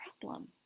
problem